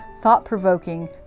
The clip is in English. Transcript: thought-provoking